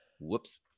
whoops